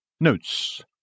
Notes